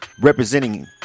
representing